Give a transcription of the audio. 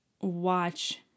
watch